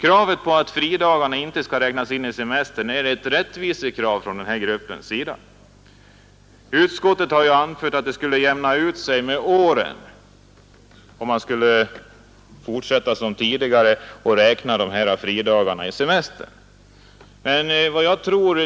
Kravet på att fridagarna inte skall inräknas i semestern är ett rättvisekrav från denna grupp. Utskottet har anfört att det skulle jämna ut sig med åren om man skulle fortsätta som tidigare och inräkna dessa fridagar i semestern.